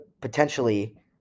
potentially